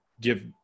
give